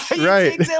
Right